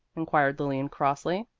inquired lilian crossly.